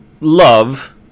love